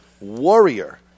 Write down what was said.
Warrior